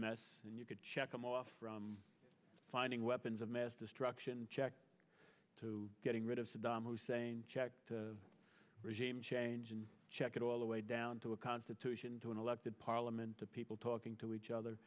mess and you could check them off finding weapons of mass destruction check to getting rid of saddam hussein check to regime change and check it all the way down to a constitution to an elected parliament to people talking to each other